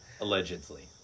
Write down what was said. Allegedly